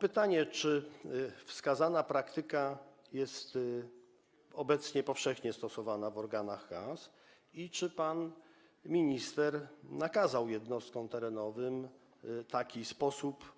Pytanie: Czy wskazana praktyka jest obecnie powszechnie stosowana w organach KAS i czy pan minister nakazał jednostkom terenowym taki sposób